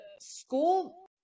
school